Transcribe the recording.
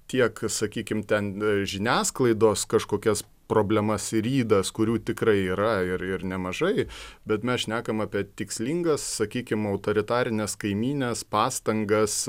tiek sakykim ten žiniasklaidos kažkokias problemas ir ydas kurių tikrai yra ir ir nemažai bet mes šnekam apie tikslingas sakykim autoritarinės kaimynės pastangas